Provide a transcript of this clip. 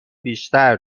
بیشتر